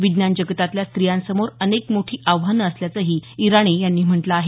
विज्ञान जगतातल्या स्त्रीयांसमोर अनेक मोठी आव्हानं असल्याचंही इराणी यांनी म्हटलं आहे